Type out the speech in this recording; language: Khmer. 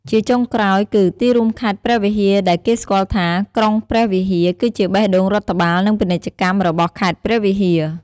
ជាចុងក្រោយគឺ ទីរួមខេត្តព្រះវិហារដែលគេស្គាល់ថា ក្រុងព្រះវិហារ គឺជាបេះដូងរដ្ឋបាល និងពាណិជ្ជកម្មរបស់ខេត្តព្រះវិហារ។